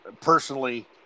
personally